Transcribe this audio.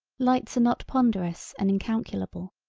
lights are not ponderous and incalculable.